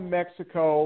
mexico